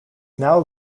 now